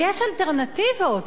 ויש אלטרנטיבות,